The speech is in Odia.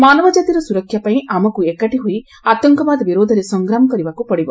ମାନବ ଜାତିର ସ୍ବରକ୍ଷା ପାଇଁ ଆମକୁ ଏକାଠି ହୋଇ ଆତଙ୍କବାଦ ବିରୋଧରେ ସଂଗ୍ରାମ କରିବାକୁ ପଡ଼ିବ